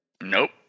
Nope